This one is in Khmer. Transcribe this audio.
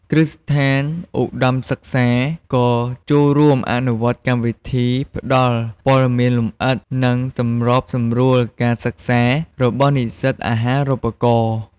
គ្រឹះស្ថានឧត្តមសិក្សាក៏ចូលរួមអនុវត្តកម្មវិធី ផ្ដល់ ព័ត៌មានលម្អិត និង សម្របសម្រួលការសិក្សា របស់និស្សិតអាហារូបករណ៍។